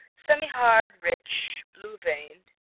semihard, rich, blue-veined,